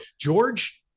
George